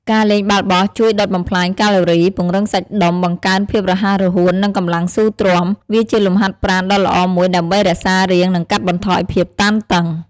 ការលេងបាល់បោះជួយដុតបំផ្លាញកាឡូរី ពង្រឹងសាច់ដុំ បង្កើនភាពរហ័សរហួន និងកម្លាំងស៊ូទ្រាំ វាជាលំហាត់ប្រាណដ៏ល្អមួយដើម្បីរក្សារាង និងកាត់បន្ថយភាពតានតឹង។